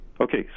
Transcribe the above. Okay